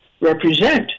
represent